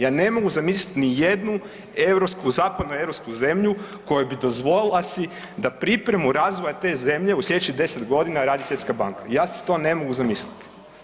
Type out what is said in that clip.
Ja ne mogu zamisliti ni jednu europsku, zapadnoeuropsku zemlju koja bi dozvolila si da pripremu razvoja te zemlje u slijedećih 10 godina radi Svjetska banka, ja si to ne mogu zamisliti.